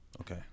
Okay